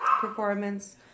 performance